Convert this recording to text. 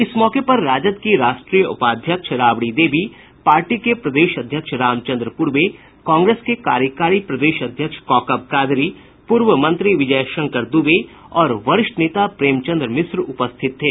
इस मौके पर राजद की राष्ट्रीय उपाध्यक्ष राबड़ी देवी पार्टी के प्रदेश अध्यक्ष रामचंद्र पूर्वे कांग्रेस के कार्यकारी प्रदेश अध्यक्ष कौकब कादरी पूर्व मंत्री विजय शंकर दूबे और वरिष्ठ नेता प्रेमचन्द्र मिश्रा उपस्थित थे